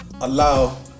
allow